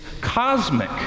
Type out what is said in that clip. cosmic